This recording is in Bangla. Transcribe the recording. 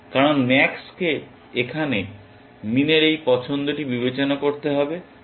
কারণ max কে এখানে মিন এর এই পছন্দটি বিবেচনা করতে হবে